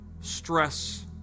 stress